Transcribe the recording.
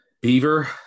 beaver